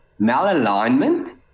malalignment